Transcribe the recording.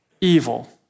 evil